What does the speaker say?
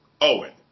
Owen